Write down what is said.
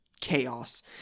chaos